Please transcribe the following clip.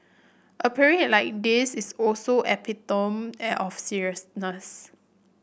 a parade like this is also epitome of seriousness